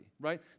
right